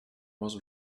was